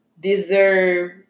deserve